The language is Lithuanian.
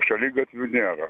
šaligatvių nėra